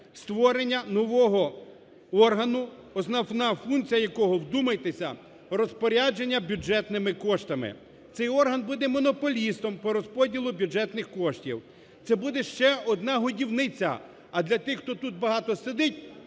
створення нового органу, основна функція якого, вдумайтеся: розпорядження бюджетними коштами. Цей орган буде монополістом по розподілу бюджетних коштів. Це буде ще одна годівниця. А для тих, хто тут багато сидить,